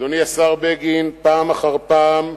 אדוני השר בגין, פעם אחר פעם,